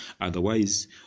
Otherwise